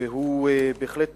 הוא בהחלט